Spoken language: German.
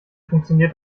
funktioniert